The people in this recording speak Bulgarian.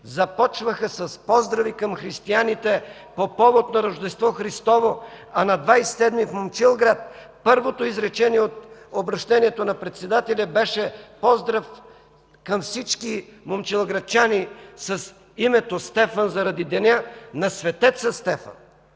започваха с поздрави към християните по повод на Рождество Христово, а на 27 декември в Момчилград първото изречение от обръщението на председателя беше поздрав към всички момчилградчани с името Стефан заради деня на светеца Стефан.